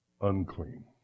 unclean